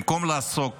במקום לעסוק